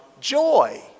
joy